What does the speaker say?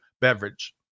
beverage